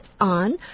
on